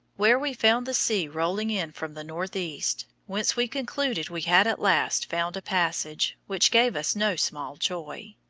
where we found the sea rolling in from the north-east, whence we concluded we had at last found a passage, which gave us no small joy.